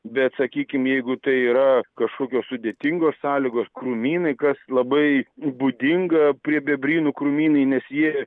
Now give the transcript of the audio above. bet sakykim jeigu tai yra kažkokios sudėtingos sąlygos krūmynai kas labai būdinga prie bebrynų krūmynai nes jie